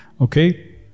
okay